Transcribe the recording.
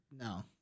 No